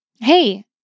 hey